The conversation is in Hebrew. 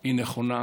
היא נכונה,